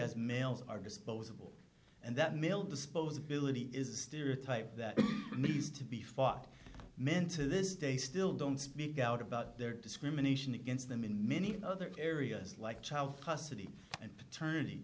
is males are disposable and that male disposability is a stereotype that needs to be fought men to this day still don't speak out about their discrimination against them in many other areas like child custody and paternity